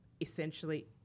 Essentially